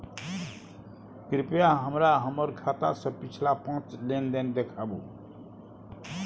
कृपया हमरा हमर खाता से पिछला पांच लेन देन देखाबु